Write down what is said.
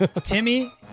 Timmy